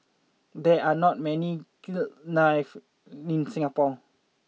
there are not many kilns knife in Singapore